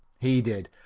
he did,